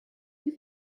you